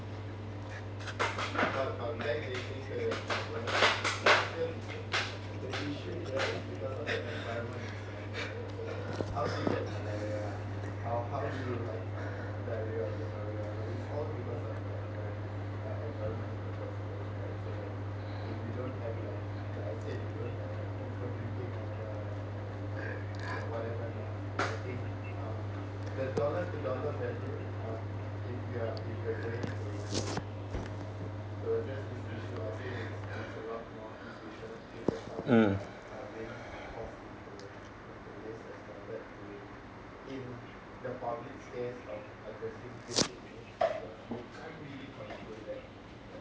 mm